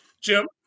Jim